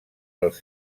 els